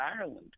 Ireland